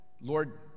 Lord